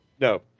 no